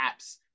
apps